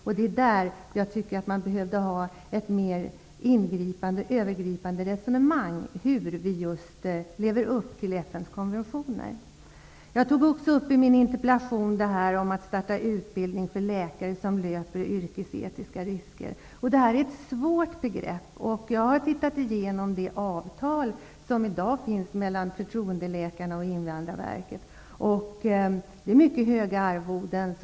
Jag tycker därför att det behövs ett mera övergripande resonemang om hur vi lever upp till I min interpellation tog jag också upp frågan om att starta utbildning för läkare som löper yrkesetiska risker. Det här är ett svårt begrepp. Jag har gått igenom det avtal som i dag finns mellan Invandrarverket och förtroendeläkarna. Det ges mycket höga arvoden.